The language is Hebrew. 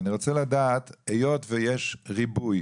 היות ויש ריבוי